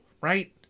right